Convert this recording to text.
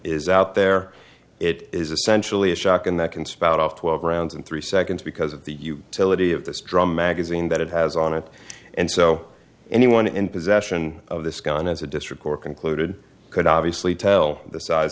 is out there it is essentially a shock and that can spout off twelve rounds in three seconds because of the utility of this drum magazine that it has on it and so anyone in possession of this gun has a district or concluded could obviously tell the size